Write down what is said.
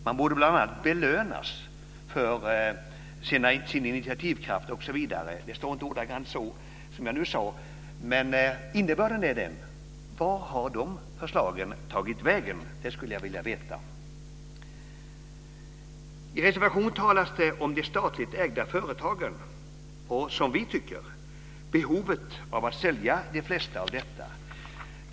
Man borde bl.a. belönas för sin initiativkraft. Det står inte ordagrant så, men innebörden är den. Vart har de förslagen tagit vägen? Det skulle jag vilja veta. I reservation 2 talas om de statligt ägda företagen och, som vi tycker, behovet av att sälja de flesta av dessa.